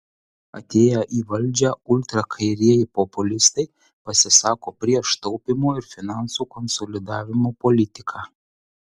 atėję į valdžią ultrakairieji populistai pasisako prieš taupymo ir finansų konsolidavimo politiką